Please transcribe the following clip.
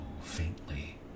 faintly